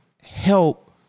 help